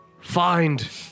find